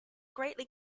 greatly